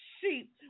sheep